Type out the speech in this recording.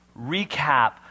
recap